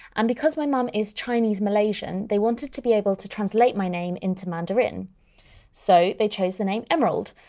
and because my mum is chinese malaysian, they wanted to be able to translate my name into mandarin so they chose the name emerald,